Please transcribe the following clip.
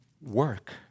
work